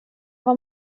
vad